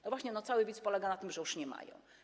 No właśnie, cały wic polega na tym, że już nie mają.